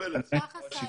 בוקר טוב.